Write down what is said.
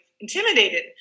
Intimidated